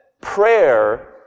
prayer